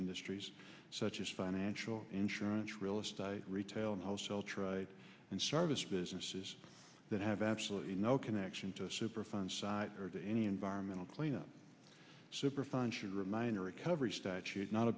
industries such as financial insurance real estate retail and wholesale tried and service businesses that have absolutely no connection to superfund site or to any environmental cleanup superfund should remain a recovery statute not